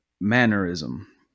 mannerism